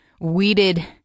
weeded